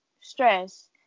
stress